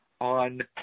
on